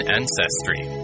ancestry